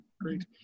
great